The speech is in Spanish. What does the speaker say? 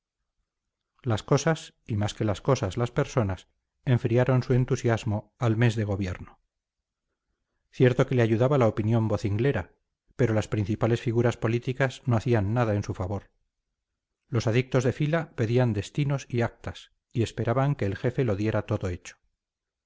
las cosas y más que las cosas las personas enfriaron su entusiasmo al mes de gobierno cierto que le ayudaba la opinión vocinglera pero las principales figuras políticas no hacían nada en su favor los adictos de fila pedían destinos y actas y esperaban que el jefe lo diera todo hecho